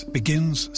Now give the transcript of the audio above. begins